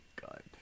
god